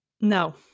No